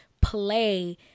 play